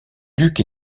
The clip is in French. duc